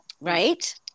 Right